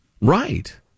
right